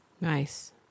Nice